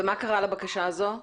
ומה קרה לבקשות הזאת?